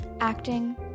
acting